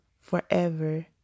forever